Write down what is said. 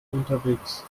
unterwegs